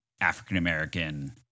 African-American